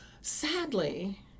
Sadly